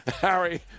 Harry